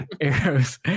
arrows